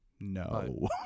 No